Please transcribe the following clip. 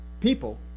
people